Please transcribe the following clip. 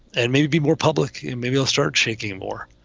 and maybe be more public. maybe i'll start shaking more.